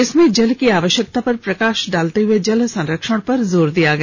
इसमें जल की आवश्यकता पर प्रकाश डालते हुये जल संरक्षण पर जोर दिया गया